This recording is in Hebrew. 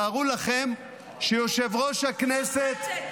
אין ראש רשות שופטת.